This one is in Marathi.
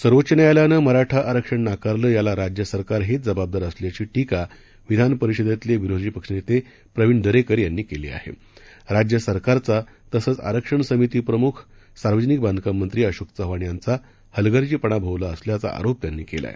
सर्वोच्च न्यायालयानं मराठा आरक्षण हे नाकारलं याला राज्य सरकार हेच जबाबदार असल्याची टीका विधान परिषदेतले विरोधी पक्ष नेते प्रविण दरेकर यांनी केली आहे राज्य सरकारचा तसंच आरक्षण समिती प्रमुख सार्वजनिक बांधकाम मंत्री अशोक चव्हाण यांचा हलगर्जीपणा भोवला असल्याचा आरोप त्यांनी केला आहे